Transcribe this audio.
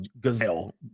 gazelle